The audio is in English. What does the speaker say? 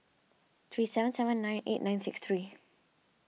three seven seven nine eight nine six three